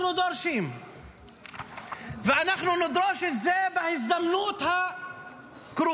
אנחנו דורשים ואנחנו נדרוש את זה בהזדמנות הקרובה.